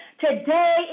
Today